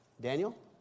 Daniel